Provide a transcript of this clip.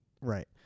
Right